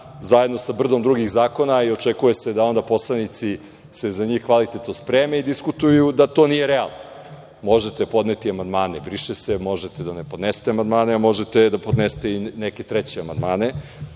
zajedno sa brdom drugih zakona i očekuje se da onda poslanici se za njih kvalitetno spreme i diskutuju, da to nije realno. Možete podneti amandmane „briše se“, možete da ne podnesete amandmane, a možete da podnesete i neke treće amandmane. Mislim